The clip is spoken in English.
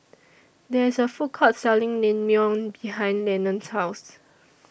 There IS A Food Court Selling Naengmyeon behind Lenon's House